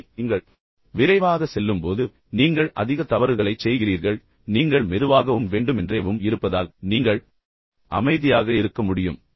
இல்லை ஆனால் நீங்கள் விரைவாக செல்லும்போது நீங்கள் அதிக தவறுகளைச் செய்கிறீர்கள் ஆனால் நீங்கள் மெதுவாகவும் வேண்டுமென்றேவும் இருப்பதால் நீங்கள் அமைதியாகவும் நிதானமாகவும் இருக்க முடியும்